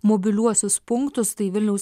mobiliuosius punktus tai vilniaus